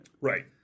Right